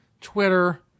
Twitter